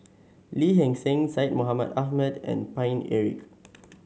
Lee Hee Seng Syed Mohamed Ahmed and Paine Eric